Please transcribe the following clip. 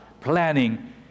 planning